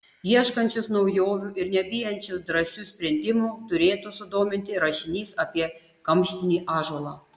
ieškančius naujovių ir nebijančius drąsių sprendimų turėtų sudominti rašinys apie kamštinį ąžuolą